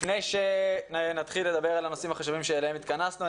לפני שנתחיל לדבר על הנושאים החשובים שאליהם התכנסנו,